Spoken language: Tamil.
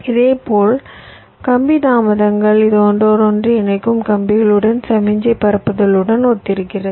இதேபோல் கம்பி தாமதங்கள் இது ஒன்றோடொன்று இணைக்கும் கம்பிகளுடன் சமிக்ஞை பரப்புதலுடன் ஒத்திருக்கிறது